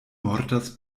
mortas